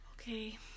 okay